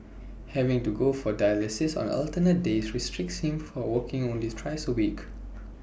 having to go for dialysis on alternate days restricts him for working only thrice A week